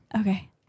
Okay